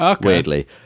weirdly